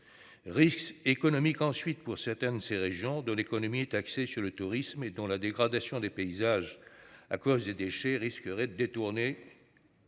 risque économique ensuite pour certaines de ces régions, dont l'économie est axée sur le tourisme et dont la dégradation des paysages à cause des déchets risquerait de détourner.